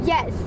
Yes